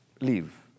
leave